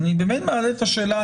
אני באמת מעלה את השאלה,